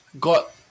got